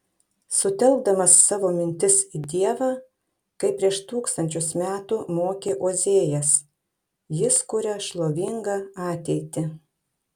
sutelkdamas savo mintis į dievą kaip prieš tūkstančius metų mokė ozėjas jis kuria šlovingą ateitį